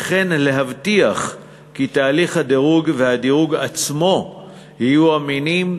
וכן להבטיח כי תהליך הדירוג והדירוג עצמו יהיו אמינים,